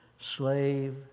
Slave